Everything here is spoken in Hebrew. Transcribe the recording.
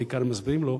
בעיקר אם מסבירים לו,